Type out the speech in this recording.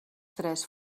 tres